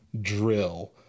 drill